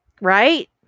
Right